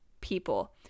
people